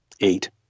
Eight